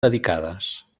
dedicades